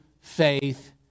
faith